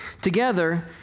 Together